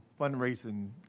fundraising